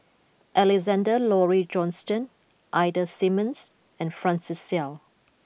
Alexander Laurie Johnston Ida Simmons and Francis Seow